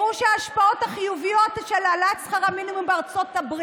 הראה את ההשפעות החיוביות של העלאת שכר המינימום בארה"ב.